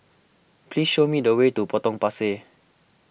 please show me the way to Potong Pasir